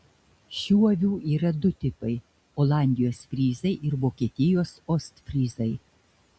šių avių yra du tipai olandijos fryzai ir vokietijos ostfryzai